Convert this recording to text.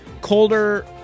colder